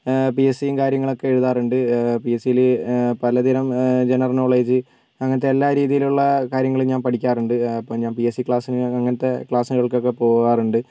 P S സിയും കാര്യങ്ങളൊക്കെ എഴുതാറുണ്ട് പി എസ് സിയിൽ പലതിനും ജനറൽ നോളേജ് അങ്ങനത്തെ എല്ലാരീതിയിലുള്ള കാര്യങ്ങൾ ഞാൻ പഠിക്കാറുണ്ട് ഇപ്പോൾ ഞാൻ പി എസ് സി ക്ലാസിന് അങ്ങനത്തെ ക്ലാസുകൾക്കൊക്കെ പോകാറുണ്ട്